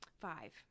Five